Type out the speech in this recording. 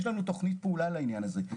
יש לנו תוכנית פעולה לעניין הזה.